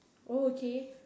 okay